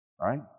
Right